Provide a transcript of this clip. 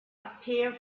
appear